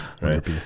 right